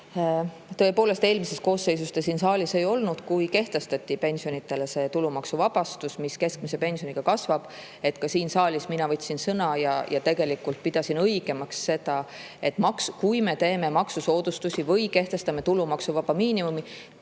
Tõepoolest, eelmises koosseisus te siin saalis ei olnud, kui kehtestati pensionidele tulumaksuvabastus, mis keskmise pensioniga kasvab. Ka mina võtsin siin saalis sõna ja tegelikult pidasin õigemaks seda, et kui me teeme maksusoodustusi või kehtestame tulumaksuvaba miinimumi,